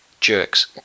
Jerks